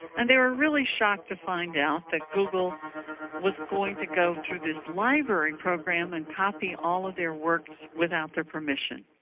and they were really shocked to find out that google was going to go through this library program and copy all of their work without their permission.